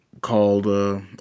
called